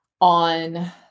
on